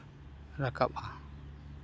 ᱨᱟᱠᱟᱵᱼᱟ